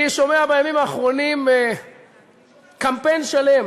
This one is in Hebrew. אני שומע בימים האחרונים קמפיין שלם